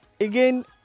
again